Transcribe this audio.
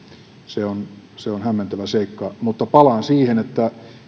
se on se on hämmentävä seikka mutta palaan siihen että